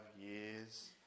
years